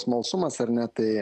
smalsumas ar ne tai